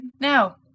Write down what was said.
Now